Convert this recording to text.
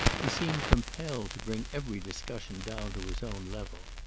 he seemed compelled to bring every discussion down to his own level.